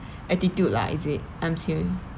attitude lah is it